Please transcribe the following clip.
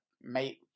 mate